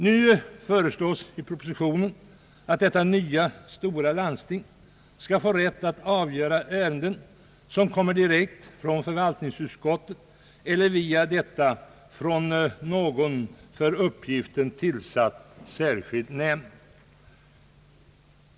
Nu föreslås i propositionen att detta nya, stora landsting skall få rätt att avgöra ärenden som kommer direkt från förvaltningsutskottet eller via detta från någon för respektive uppgift särskilt tillsatt nämnd.